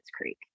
Creek